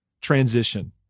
transition